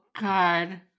God